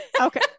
okay